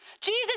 Jesus